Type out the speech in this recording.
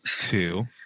two